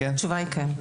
התשובה היא: כן.